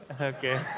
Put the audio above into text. Okay